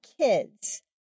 kids